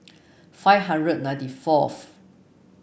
five hundred ninety fourth